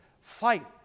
fight